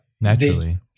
Naturally